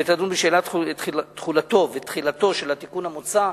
" ותדון בשאלת תחולתו ותחילתו של התיקון המוצע."